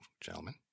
gentlemen